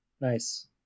nice